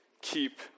keep